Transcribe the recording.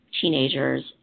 teenagers